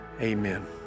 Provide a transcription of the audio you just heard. Amen